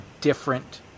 different